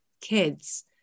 kids